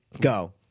go